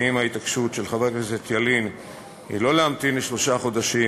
ואם ההתעקשות של חבר הכנסת ילין היא לא להמתין שלושה חודשים,